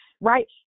right